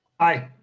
i.